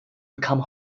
become